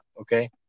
Okay